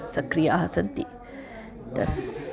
सक्रियाः सन्ति तस्याः